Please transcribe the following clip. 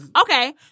Okay